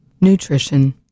Nutrition